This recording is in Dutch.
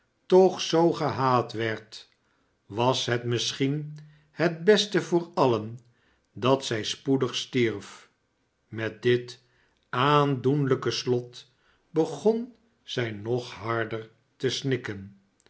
toch zoo gehaat werd was het misschien het beste voor alien dat zij spoedig stierf met dit aandoenhjke slot begon zij nog harder te snikken